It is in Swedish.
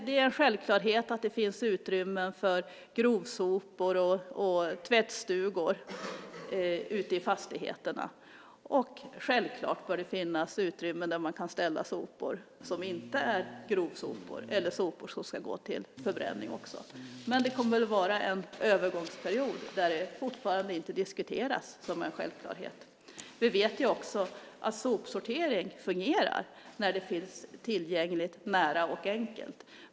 Det är en självklarhet att det finns utrymmen för grovsopor och tvättstugor i fastigheterna, och självklart bör det finnas utrymmen där man kan ställa sopor som inte är grovsopor eller sopor som ska gå till förbränning också. Det kommer att vara en övergångsperiod där det fortfarande inte diskuteras som en självklarhet. Vi vet att sopsortering fungerar när det finns tillgängligt, nära och enkelt.